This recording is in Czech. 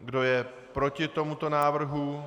Kdo je proti tomuto návrhu?